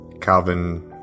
Calvin